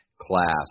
class